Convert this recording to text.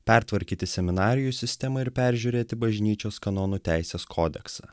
pertvarkyti seminarijų sistemą ir peržiūrėti bažnyčios kanonų teisės kodeksą